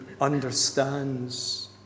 understands